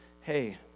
hey